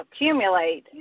accumulate